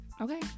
okay